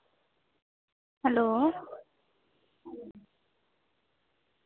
hello